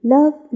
Love